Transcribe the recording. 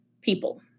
people